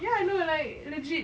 ya I know like legit